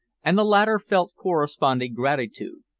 and the latter felt corresponding gratitude,